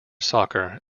soccer